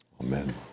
Amen